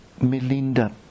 Melinda